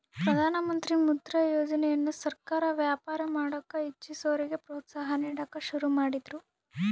ಪ್ರಧಾನಮಂತ್ರಿ ಮುದ್ರಾ ಯೋಜನೆಯನ್ನ ಸರ್ಕಾರ ವ್ಯಾಪಾರ ಮಾಡಕ ಇಚ್ಚಿಸೋರಿಗೆ ಪ್ರೋತ್ಸಾಹ ನೀಡಕ ಶುರು ಮಾಡಿದ್ರು